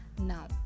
now